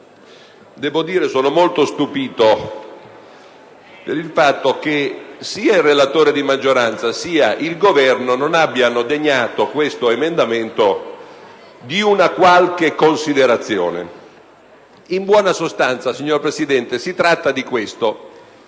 francamente che sono molto stupito del fatto che sia il relatore di maggioranza che il Governo non abbiano degnato questo emendamento di una qualche considerazione. In buona sostanza, signor Presidente, si tratta di quanto